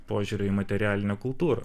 požiūriu į materialinę kultūrą